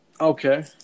Okay